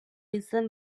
izen